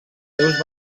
seus